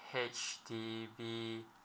H_D_B